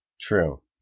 True